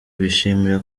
bishimira